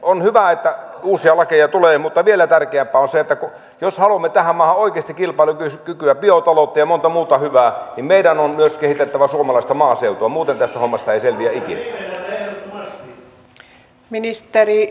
on hyvä että uusia lakeja tulee mutta vielä tärkeämpää on se että jos haluamme tähän maahan oikeasti kilpailukykyä biotaloutta ja monta muuta hyvää meidän on myös kehitettävä suomalaista maaseutua muuten tästä hommasta ei selviä ikinä